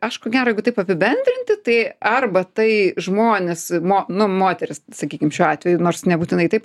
aš ko gero jeigu taip apibendrinti tai arba tai žmonės mo nu moterys sakykim šiuo atveju nors nebūtinai taip